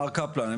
מר קפלן,